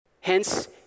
Hence